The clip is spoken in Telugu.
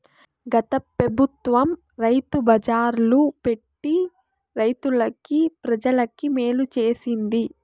గత పెబుత్వం రైతు బజార్లు పెట్టి రైతులకి, ప్రజలకి మేలు చేసింది